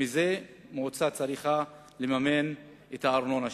מזה מועצה צריכה לממן את הארנונה שלה.